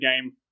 game